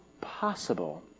possible